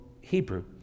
Hebrew